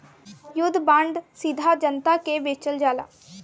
युद्ध बांड सीधा जनता के बेचल जाला